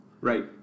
Right